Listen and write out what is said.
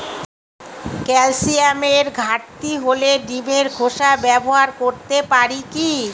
ক্যালসিয়ামের ঘাটতি হলে ডিমের খোসা ব্যবহার করতে পারি কি?